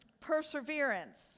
Perseverance